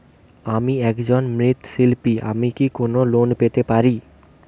আমি একজন মৃৎ শিল্পী আমি কি কোন লোন পেতে পারি?